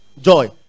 joy